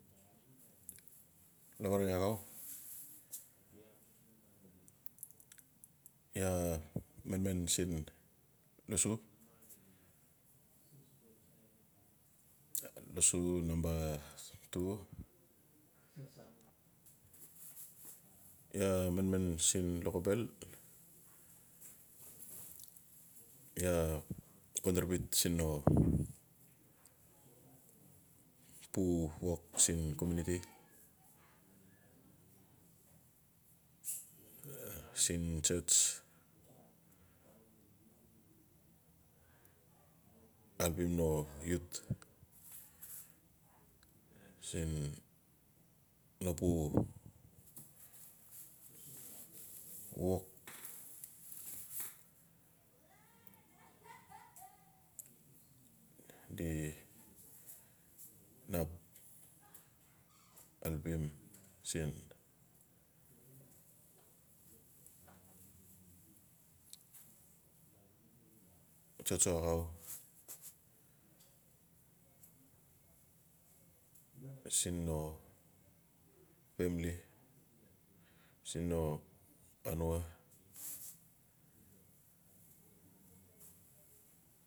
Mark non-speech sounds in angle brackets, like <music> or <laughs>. Lawarangaxau. iaa manman siin lossu number two iaa manman siin lokobel iaa contribute siin no <noise> pu wok siin comuniti. siin churchalpim no siin no pu <noise> work <laughs> di ap alpim siin tsotso axau siin no famili. siin no anua.